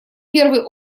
первый